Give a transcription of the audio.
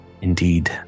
indeed